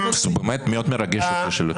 מאוד מרגש אותי.